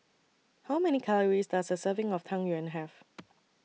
How Many Calories Does A Serving of Tang Yuen Have